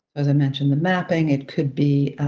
as i mention the mapping, it could be